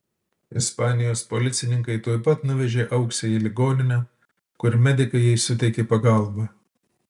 ispanijos policininkai tuoj pat nuvežė auksę į ligoninę kur medikai jai suteikė pagalbą